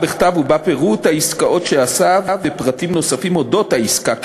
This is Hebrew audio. בכתב ובה פירוט העסקאות שעשה ופרטים נוספים על אודות העסקה,